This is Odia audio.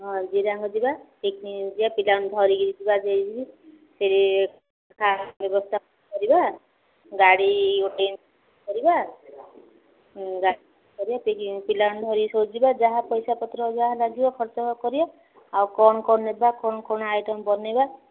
ହଁ ଜିରାଙ୍ଗ ଯିବା ପିକ୍ନିକ୍ ଯିବା ପିଲାମାନେ ଧରିକିରି ଯିବା ଯାଇ ସେଠି ବ୍ୟବସ୍ଥା କରିବା ଗାଡ଼ି ଗୋଟେ କରିବା ପିଲାମାନେ ଧରିକି ଯାହା ପଇସାପତ୍ର ଯାହା ଲାଗିବ ଖର୍ଚ୍ଚ କରିବା ଆଉ କ'ଣ କ'ଣ ନେବା କ'ଣ କ'ଣ ଆଇଟମ୍ ବନେଇବା